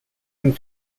and